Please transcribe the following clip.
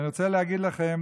ואני רוצה להגיד לכם